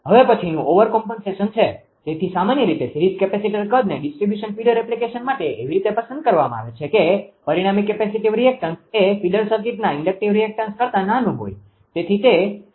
હવે પછીનુ ઓવરકોમ્પેન્સેશન છે તેથી સામાન્ય રીતે સિરીઝ કેપેસિટર કદને ડિસ્ટ્રિબ્યુશન ફીડર એપ્લિકેશન માટે એવી રીતે પસંદ કરવામાં આવે છે કે પરિણામી કેપેસિટીવ રિએક્ટન્સ એ ફીડર સર્કિટના ઇન્ડકટીવ રીએક્ટન્સinductive reactanceપ્રેરક પ્રતિક્રિયા કરતા નાનું હોય